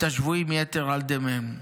את השבויים יתר על כדי דמיהן",